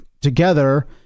together